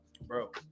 bro